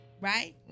Right